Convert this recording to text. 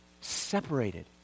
separated